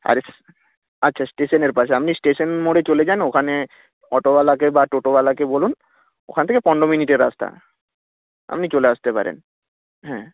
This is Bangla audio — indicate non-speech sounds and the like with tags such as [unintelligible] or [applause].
[unintelligible] আচ্ছা স্টেশনের পাশে আপনি স্টেশন মোড়ে চলে যান ওখানে অটোওয়ালাকে বা টোটোওয়ালাকে বলুন ওখান থেকে পনেরো মিনিটের রাস্তা আপনি চলে আসতে পারেন হ্যাঁ